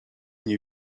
nie